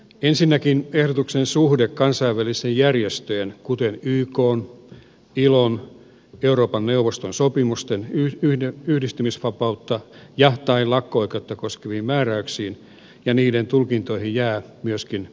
ensinnäkin ehdotuksen suhde kansainvälisten järjestöjen kuten ykn ilon ja euroopan neuvoston sopimusten yhdistymisvapautta tai lakko oikeutta koskeviin määräyksiin ja niiden tulkintoihin jää myöskin epäselväksi